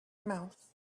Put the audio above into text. mouth